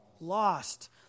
Lost